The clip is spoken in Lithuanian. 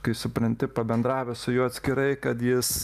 kai supranti pabendravęs su juo atskirai kad jis